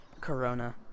Corona